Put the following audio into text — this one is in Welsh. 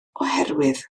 oherwydd